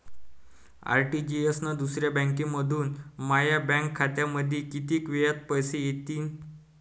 RTGS न दुसऱ्या बँकेमंधून माया बँक खात्यामंधी कितीक वेळातं पैसे येतीनं?